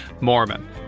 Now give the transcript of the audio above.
Mormon